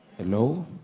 Hello